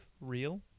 real